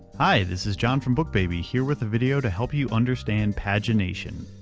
hi, this is john from bookbaby here with a video to help you understand pagination.